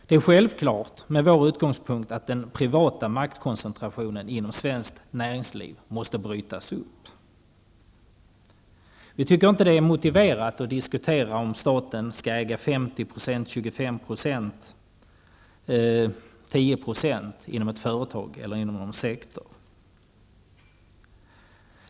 Det är självklart, med vår utgångspunkt, att den privata maktkoncentrationen inom svenskt näringsliv måste brytas upp. Vi tycker inte att det är motiverat att diskutera om staten skall äga 50, 25 eller 10 % inom ett företag eller inom en sektor.